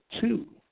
two